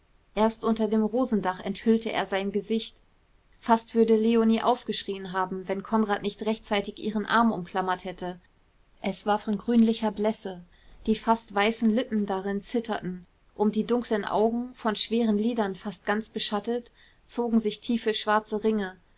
erst unter dem rosendach enthüllte er sein gesicht fast würde leonie aufgeschrien haben wenn konrad nicht rechtzeitig ihren arm umklammert hätte es war von grünlicher blässe die fast weißen lippen darin zitterten um die dunklen augen von schweren lidern fast ganz beschattet zogen sich tiefe schwarze ringe